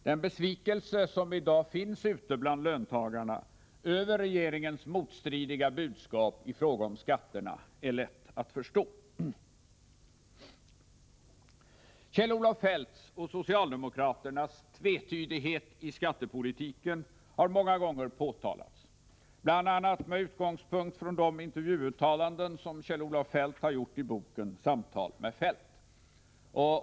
Den besvikelse som nu finns ute bland löntagarna över regeringens motstridiga budskap i fråga om skatterna är lätt att förstå. Kjell-Olof Feldts och socialdemokraternas tvetydighet i skattepolitiken har många gånger påtalats, bl.a. med utgångspunkt i de intervjuuttalanden som Kjell-Olof Feldt har gjort i boken Samtal med Feldt.